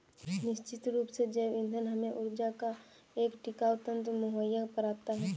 निश्चित रूप से जैव ईंधन हमें ऊर्जा का एक टिकाऊ तंत्र मुहैया कराता है